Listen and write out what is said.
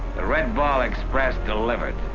the red ball express